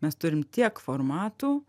mes turim tiek formatų